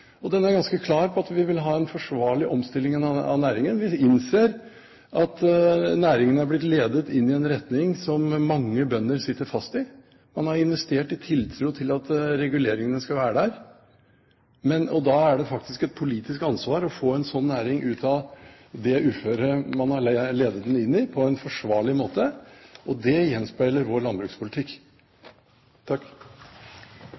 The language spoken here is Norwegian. landbrukspolitikk. Den er ganske klar på at vi vil ha en forsvarlig omstilling av næringen. Vi innser at næringen har blitt ledet inn i en retning der mange bønder sitter fast. Man har investert i tiltro til at reguleringene skal være der, og da er det faktisk et politisk ansvar å få en sånn næring ut av det uføret man har ledet den inn i, på en forsvarlig måte. Og det gjenspeiler vår